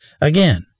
Again